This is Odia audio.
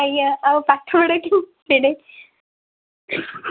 ଆଜ୍ଞା ଆଉ ପାଠପଢ଼ା କେମିତି ସେଇଠି